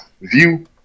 view